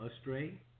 astray